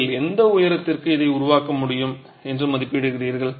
நீங்கள் எந்த உயரத்திற்கு இதை உருவாக்க முடியும் என்று மதிப்பிடுகிறீர்கள்